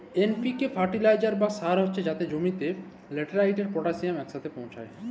NPK fertiliser বা সার হছে যাতে জমিতে লাইটেরজেল, পটাশিয়াম ইকসাথে পৌঁছায়